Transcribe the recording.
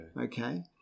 Okay